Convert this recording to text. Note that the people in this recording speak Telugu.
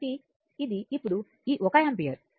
కాబట్టి ఇది ఇప్పుడు ఈ 1 యాంపియర్